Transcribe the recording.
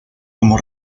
como